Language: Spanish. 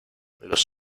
los